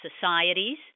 societies